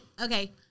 Okay